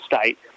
state